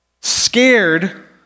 scared